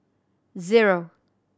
zero